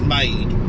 made